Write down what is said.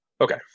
okay